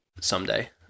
someday